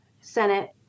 Senate